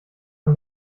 von